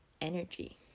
energy